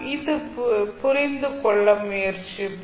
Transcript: இதை புரிந்து கொள்ள முயற்சிப்போம்